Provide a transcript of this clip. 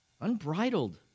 unbridled